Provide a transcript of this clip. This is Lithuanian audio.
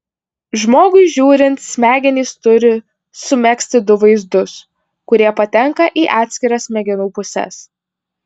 žmogui žiūrint smegenys turi sumegzti du vaizdus kurie patenka į atskiras smegenų puses